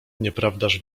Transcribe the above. nieprawdaż